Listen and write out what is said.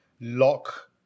lock